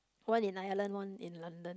one in Ireland one in London